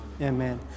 Amen